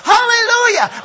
Hallelujah